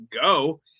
go